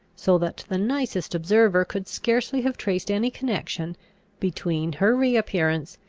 so that the nicest observer could scarcely have traced any connection between her reappearance,